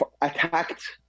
attacked